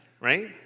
right